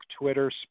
Twitter